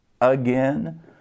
again